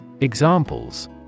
Examples